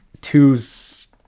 two's